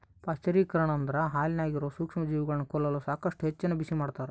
ಪಾಶ್ಚರೀಕರಣ ಅಂದ್ರ ಹಾಲಿನಾಗಿರೋ ಸೂಕ್ಷ್ಮಜೀವಿಗಳನ್ನ ಕೊಲ್ಲಲು ಸಾಕಷ್ಟು ಹೆಚ್ಚಿನ ಬಿಸಿಮಾಡ್ತಾರ